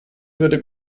würde